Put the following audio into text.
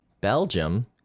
Belgium